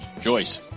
Joyce